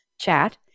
chat